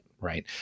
right